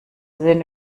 sehen